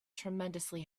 tremendously